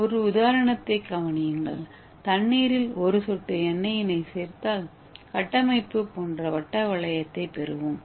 ஒரு உதாரணத்தைக் கவனியுங்கள் தண்ணீரில் ஒரு சொட்டு எண்ணெயினை சேர்த்தால் கட்டமைப்பு போன்ற வட்ட வளையத்தைப் பெறுவோம்